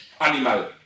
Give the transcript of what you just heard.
animal